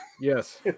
yes